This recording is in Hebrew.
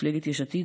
מפלגת יש עתיד,